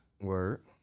Word